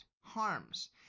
Harms